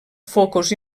focus